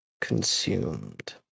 consumed